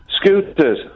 Scooters